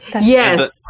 Yes